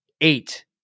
eight